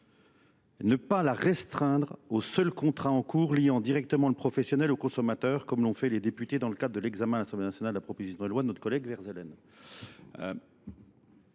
Ne pas la restreindre au seul contrat en cours liant directement le professionnel au consommateur, comme l'ont fait les députés dans le cadre de l'examen à l'Assemblée nationale de la proposition de loi de notre collègue Verzelen.